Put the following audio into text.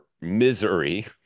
misery